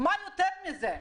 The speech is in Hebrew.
מה צריך יותר מזה?